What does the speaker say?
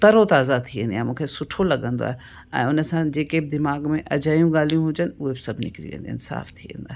तरो ताज़ा थी वेंदी आहियां मूंखे सुठो लॻंदो आहे ऐं उन सां जेके दिमाग़ में अजायूं ॻाल्हियूं हुजनि उहे सभु निकिरी वेंदी आहिनि साफ़ थी वेंदो आहे